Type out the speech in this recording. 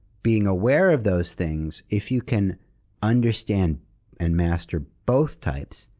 being aware of those things, if you can understand and master both types,